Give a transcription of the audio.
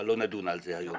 אבל לא נדון על זה היום.